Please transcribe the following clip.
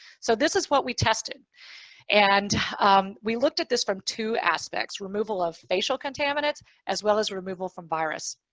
so this is what we tested and we looked at this from two aspects, removal of facial contaminants as well as removal from virus.